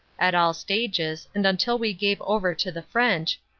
at all stages, and until we gave over to the french,